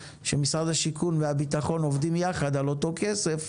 שמשרד השיכון והביטחון עובדים יחד על אותו כסף,